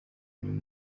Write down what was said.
nyuma